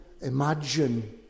imagine